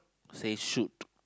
say shoot